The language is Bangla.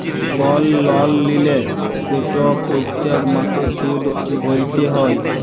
কল লল লিলে সেট প্যত্তেক মাসে সুদ ভ্যইরতে হ্যয়